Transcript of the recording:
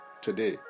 today